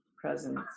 presence